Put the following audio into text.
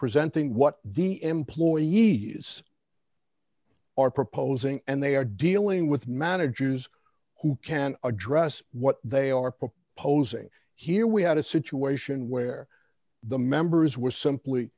presenting what the employees are proposing and they are dealing with managers who can address what they are proposing here we had a situation where the members were simply